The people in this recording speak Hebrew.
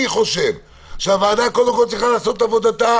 אני חושב שהוועדה קודם כול צריכה לעשות את עבודתה